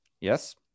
Yes